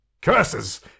Curses